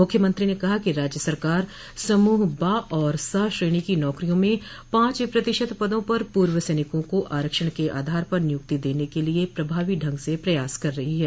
मुख्यमंत्री ने कहा राज्य सरकार समूह ब और स श्रेणी की नौकरियों में पांच प्रतिशत पदों पर पूर्व सैनिकों को आरक्षण के आधार पर नियुक्ति देने के लिये प्रभावी ढंग से प्रयास कर रही है